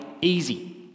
easy